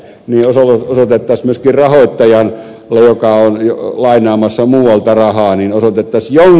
niin osoitettaisiin myöskin rahoittajalle joka on lainaamassa muualta rahaa niin että se on